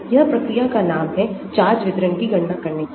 यह प्रक्रिया का नाम है चार्ज वितरण की गणना करने के लिए